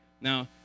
Now